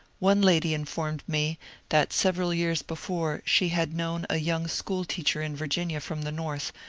one lady informed me that several years before she had known a young school-teacher in virginia from the north,